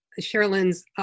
Sherilyn's